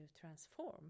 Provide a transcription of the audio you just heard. transform